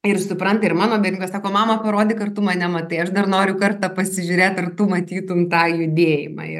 ir supranta ir mano vinga sako mama parodyk ar tu mane matai aš dar noriu kartą pasižiūrėt ar tu matytum tą judėjimą ir